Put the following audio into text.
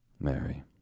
Mary